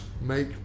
make